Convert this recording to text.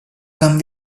come